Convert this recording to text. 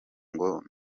ngo